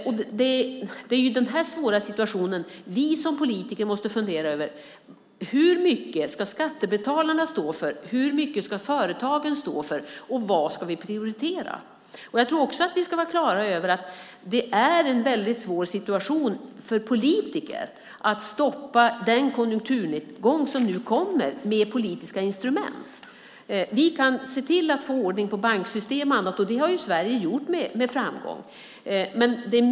Och det är i den här svåra situationen som vi som politiker måste fundera över: Hur mycket ska skattebetalarna stå för? Hur mycket ska företagen stå för? Och vad ska vi prioritera? Jag tror också att vi ska vara klara över att det är en väldigt svår situation för politiker, att stoppa den konjunkturnedgång som nu kommer med politiska instrument. Vi kan se till att få ordning på banksystem och annat, och det har Sverige gjort med framgång.